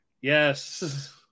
Yes